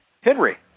Henry